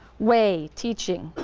way, teaching,